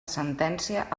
sentència